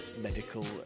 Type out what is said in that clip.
medical